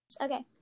Okay